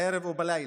בערב ובלילה,